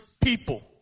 people